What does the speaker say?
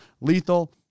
Lethal